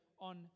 on